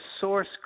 source